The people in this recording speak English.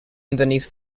underneath